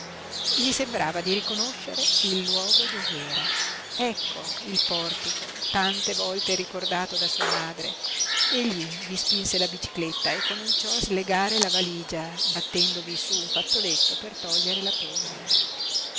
gli sembrava di riconoscere il luogo dov'era ecco il portico tante volte ricordato da sua madre egli vi spinse la bicicletta e cominciò a slegare la valigia battendovi su un fazzoletto per togliere la polvere